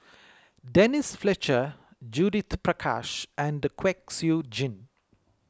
Denise Fletcher Judith Prakash and Kwek Siew Jin